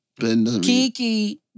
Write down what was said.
Kiki